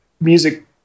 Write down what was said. music